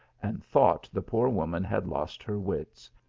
and thought the poor woman had lost her wits,